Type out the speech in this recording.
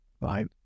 right